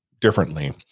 differently